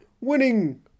winning